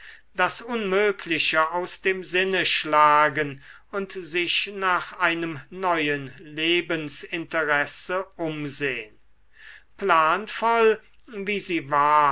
das unmögliche aus dem sinne schlagen und sich nach einem neuen lebensinteresse umsehn planvoll wie sie war